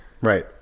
Right